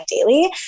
Daily